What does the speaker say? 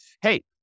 hey